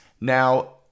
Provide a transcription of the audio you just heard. Now